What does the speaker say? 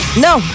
no